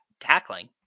tackling